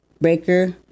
Breaker